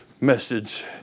message